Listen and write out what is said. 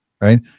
right